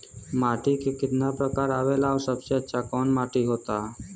माटी के कितना प्रकार आवेला और सबसे अच्छा कवन माटी होता?